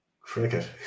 Cricket